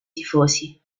tifosi